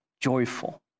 Joyful